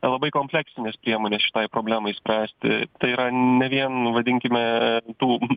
labai kompleksines priemones šitai problemai spręsti tai yra ne vien vadinkime tų